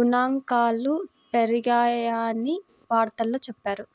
గణాంకాలు పెరిగాయని వార్తల్లో చెప్పారు